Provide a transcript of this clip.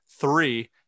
three